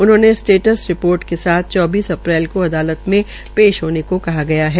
उन्हें status report के साथ चौबीस अप्रैल का अदालत में पेश होने को कहा गया है